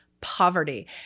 poverty